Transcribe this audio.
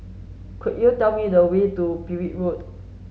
could you tell me the way to Petir Road